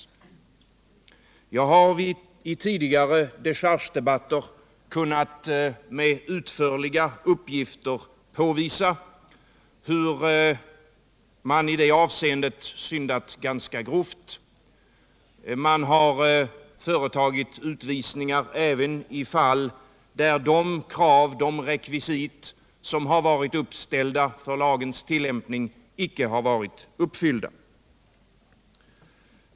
Jag har i tidigare dechargedebatter kunnat med utförliga uppgifter påvisa hur man i det avseendet syndat ganska grovt. Man har företagit utvisningar även i fall, där de krav, de rekvisit, som varit uppställda för lagens tillämpning inte har varit uppfyllda.